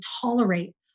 tolerate